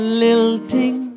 lilting